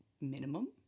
minimum